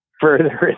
further